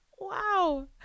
wow